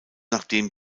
nachdem